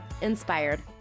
Inspired